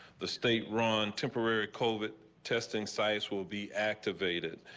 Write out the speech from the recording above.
the state are on temporary covid testing sites will be activated.